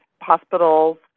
hospitals